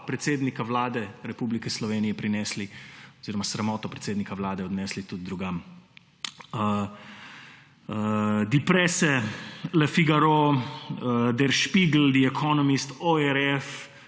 predsednika vlade Republiki Sloveniji prinesli oziroma sramoto predsednika vlade odnesli tudi drugam. Die presse, Le figaro, Der Spiegel, Die economist, ORF,